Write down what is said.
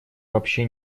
вообще